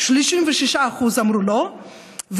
36% אמרו לא,